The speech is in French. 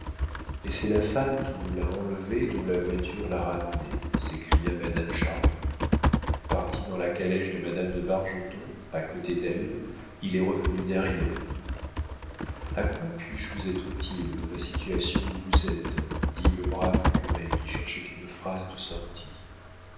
et c'est la femme qui nous l'a enlevé dont la voiture l'a ramené s'écria madame chardon parti dans la calèche de madame de bargeton à côté d'elle il est revenu derrière a quoi puis-je vous être utile dans la situation où vous êtes dit le brave curé qui cherchait une phrase de sortie